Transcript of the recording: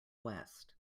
west